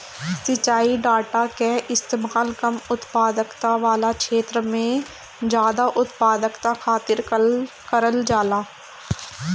सिंचाई डाटा कअ इस्तेमाल कम उत्पादकता वाला छेत्र में जादा उत्पादकता खातिर करल जाला